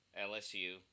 LSU